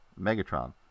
Megatron